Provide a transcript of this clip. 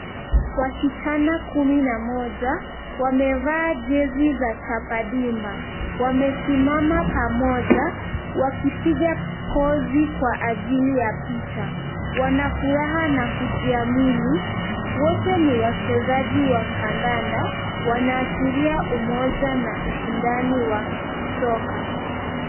Wasichana kumi na moja, wamevaa jezi za Chapa Dimba. Wamesimama pamoja wakipiga pozi kwa ajili ya picha. Wanafuraha na kujiamini, wote ni wachezaji wa kandanda, wanaashiria umoja na ushindani wa soka.